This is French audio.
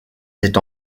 est